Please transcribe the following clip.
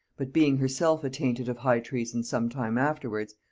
but, being herself attainted of high treason some time afterwards,